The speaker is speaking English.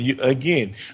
again